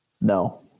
No